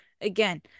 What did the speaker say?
again